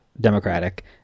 democratic